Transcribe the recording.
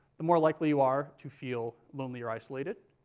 the more likely you are to feel lonely or isolated.